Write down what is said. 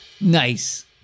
nice